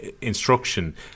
instruction